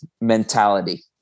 mentality